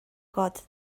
got